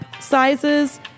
sizes